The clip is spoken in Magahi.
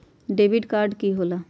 डेबिट काड की होला?